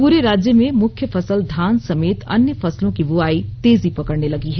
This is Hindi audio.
पूरे राज्य में मुख्य फसल धान समेत अन्य फसलों की बुआई तेजी पकडने लगी है